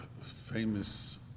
famous